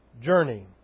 journey